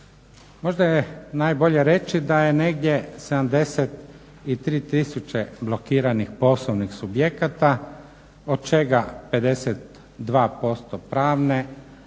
Možda je najbolje reći da je negdje 73 tisuće blokiranih poslovnih subjekata, od čeka 52% pravne